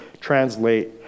translate